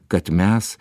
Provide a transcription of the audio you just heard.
kad mes